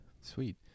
Sweet